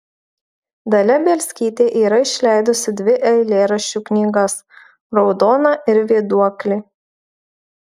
dalia bielskytė yra išleidusi dvi eilėraščių knygas raudona ir vėduoklė